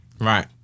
Right